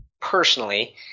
personally